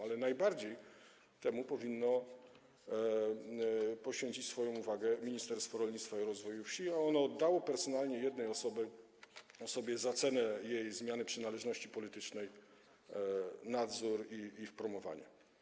Ale najbardziej powinno temu poświęcić swoją uwagę Ministerstwo Rolnictwa i Rozwoju Wsi, a ono oddało personalnie jednej osobie za cenę jej zmiany przynależności politycznej nadzór nad ich promowaniem.